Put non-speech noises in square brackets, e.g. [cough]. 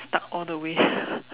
stuck all the way [breath]